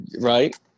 Right